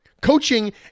coaching